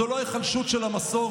זו לא היחלשות של המסורת,